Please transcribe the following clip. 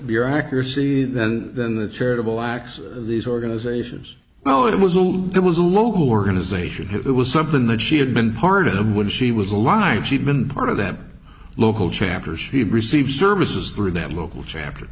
bureaucracy than than the charitable acts these organizations oh it was all it was a local organization hit was something that she had been part of when she was alive she'd been part of that local chapters receive services through that local chapter